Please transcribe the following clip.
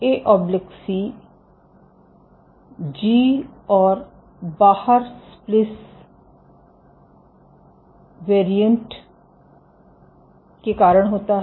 ए C G और बाहर splice variant के कारण होता है